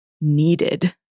needed